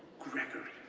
gregory,